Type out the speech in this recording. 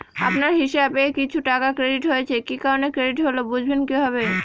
আপনার হিসাব এ কিছু টাকা ক্রেডিট হয়েছে কি কারণে ক্রেডিট হল বুঝবেন কিভাবে?